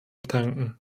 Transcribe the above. bedanken